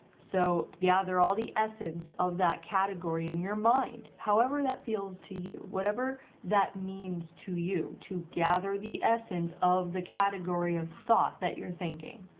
so gather all the essence of that category in your mind however that feels to you, whatever that means to you, to gather the essence of the category of thought that you're thinking.